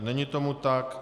Není tomu tak.